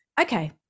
okay